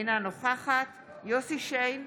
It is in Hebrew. אינה נוכחת יוסף שיין,